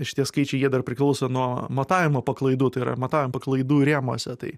ir šitie skaičiai jie dar priklauso nuo matavimo paklaidų tai yra matavimo paklaidų rėmuose tai